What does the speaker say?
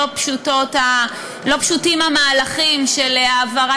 לא פשוטים המהלכים של העברת